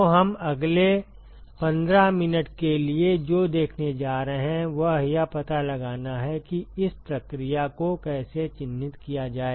तो हम अगले 15 मिनट के लिए जो देखने जा रहे हैं वह यह पता लगाना है कि इस प्रक्रिया को कैसे चिह्नित किया जाए